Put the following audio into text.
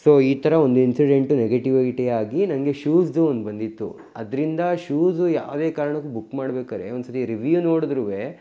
so ಈ ಥರ ಒಂದು ಇನ್ಸಿಡೆಂಟ್ ನೆಗಟಿವಿಟಿ ಆಗಿ ನನಗೆ ಶೂಸ್ದು ಒಂದು ಬಂದಿತ್ತು ಅದ್ರಿಂದ ಶೂಸು ಯಾವುದೇ ಕಾರಣಕ್ಕು ಬುಕ್ ಮಾಡ್ಬೇಕಾದ್ರೆ ಒಂದು ಸರಿ ರಿವ್ಯೂ ನೋಡದ್ರು